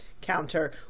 counter